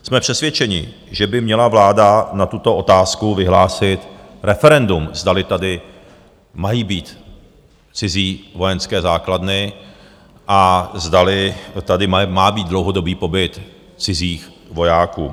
Jsme přesvědčeni, že by měla vláda na tuto otázku vyhlásit referendum, zdali tady mají být cizí vojenské základny a zdali tady má být dlouhodobý pobyt cizích vojáků.